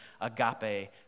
agape